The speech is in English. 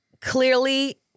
clearly